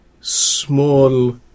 small